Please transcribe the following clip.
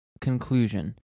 conclusion